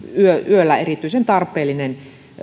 yöllä erityisen tarpeellinen